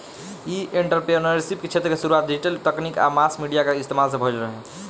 इ एंटरप्रेन्योरशिप क्षेत्र के शुरुआत डिजिटल तकनीक आ मास मीडिया के इस्तमाल से भईल रहे